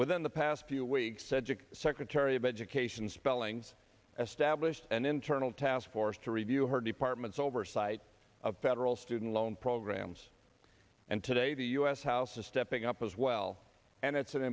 within the past few weeks said to secretary of education spellings as stablished an internal task force to review her department's oversight of federal student loan programs and today the u s house is stepping up as well and it's an